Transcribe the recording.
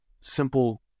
simple